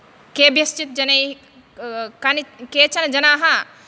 केभ्यश्चित् जनैः कानि केचन जनाः